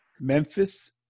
Memphis